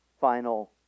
final